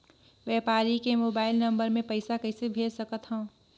व्यापारी के mobile number मे पईसा कइसे भेज सकथव?